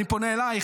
אני פונה אלייך,